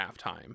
halftime